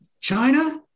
China